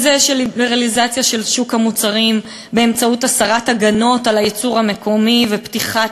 שליברליזציה של שוק המוצרים באמצעות הסרת הגנות על הייצור המקומי ופתיחת